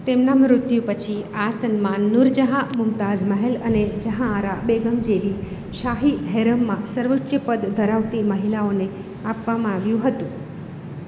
તેમના મૃત્યુ પછી આ સન્માન નૂરજહાં મુમતાઝ મહેલ અને જહાનઆરા બેગમ જેવી શાહી હેરમમાં સર્વોચ્ચ પદ ધરાવતી મહિલાઓને આપવામાં આવ્યું હતું